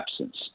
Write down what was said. absence